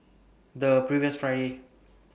The previous Friday